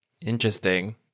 Interesting